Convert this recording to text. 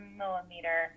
millimeter